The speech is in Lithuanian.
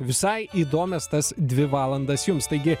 visai įdomias tas dvi valandas jums taigi